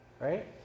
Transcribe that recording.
right